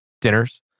dinners